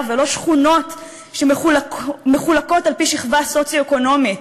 ולא שכונות שמחולקות על-פי שכבה סוציו-אקונומית,